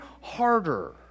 harder